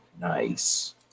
Nice